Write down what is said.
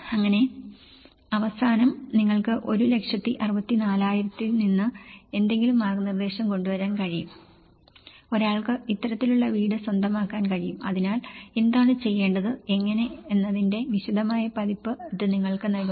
അങ്ങനെ അവസാനം നിങ്ങൾക്ക് 1 ലക്ഷത്തി 64000 ൽ നിന്ന് എന്തെങ്കിലും മാർഗനിർദേശം കൊണ്ടുവരാൻ കഴിയും ഒരാൾക്ക് ഇത്തരത്തിലുള്ള വീട് സ്വന്തമാക്കാൻ കഴിയും അതിനാൽ എന്താണ് ചെയ്യേണ്ടത് എങ്ങനെ എന്നതിന്റെ വിശദമായ പതിപ്പ് ഇത് നിങ്ങൾക്ക് നൽകുന്നു